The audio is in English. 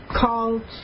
called